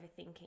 overthinking